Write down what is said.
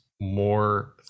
more